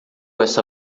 essa